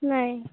ନାଇଁ